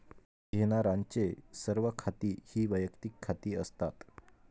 घेण्यारांचे सर्व खाती ही वैयक्तिक खाती असतात